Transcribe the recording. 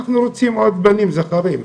אנחנו רוצים עוד בנים זכרים,